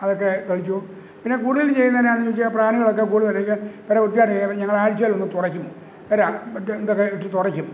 അതൊക്കെ തളിച്ചു പിന്നെ കൂടുതലും ചെയ്യുന്നത് എന്നായെന്നു ചോദിച്ചാൽ പ്രാണികളൊക്കെ കൂടുതൽ വരാതിരിക്കാൻ പുര വൃത്തിയായിട്ട് ചെയ്യാൻ വേണ്ടി ഞങ്ങൾ ആഴ്ചയിലൊന്നു തുടക്കും പുര ബെഡ് ഇതൊക്കെ ഇട്ടു തുടക്കും